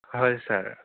হয় ছাৰ